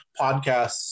podcasts